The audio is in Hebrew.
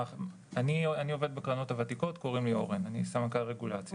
אני עובד בקרנות הוותיקות, אני סמנכ"ל רגולציה.